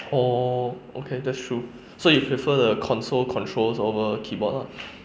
oh okay that's true so you prefer the console controls over keyboard ah